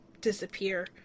disappear